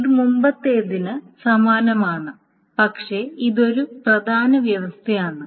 ഇത് മുമ്പത്തേതിന് സമാനമാണ് പക്ഷേ ഇത് ഒരു പ്രധാന വ്യവസ്ഥയാണ്